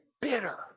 bitter